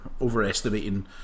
overestimating